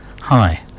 Hi